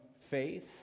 faith